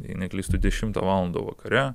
jei neklystu dešimtą valandą vakare